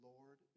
Lord